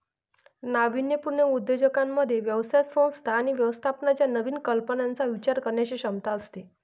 नाविन्यपूर्ण उद्योजकांमध्ये व्यवसाय संस्था आणि व्यवस्थापनाच्या नवीन कल्पनांचा विचार करण्याची क्षमता असते